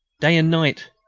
day and night.